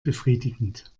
befriedigend